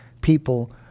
people